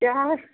کیٛاہ حظ